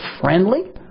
friendly